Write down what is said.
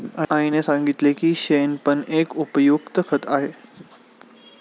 आईने सांगितले की शेण पण एक उपयुक्त खत आहे